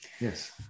yes